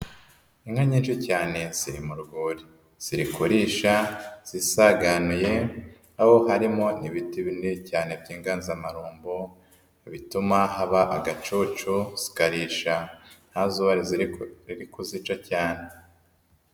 Inka nyinshi cyane ziri mu rwuri, ziri kurisha zisanganiye, aho harimo n'ibiti binini cyane by'inganzamarumbo, bituma haba agacucu, zikarisha nta zuba riri kuzica cyane.